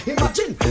Imagine